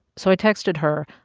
so i texted her,